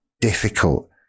difficult